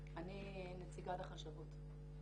אני נציגה בחשבות.